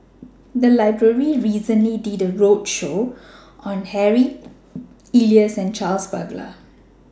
The Library recently did A roadshow on Harry Elias and Charles Paglar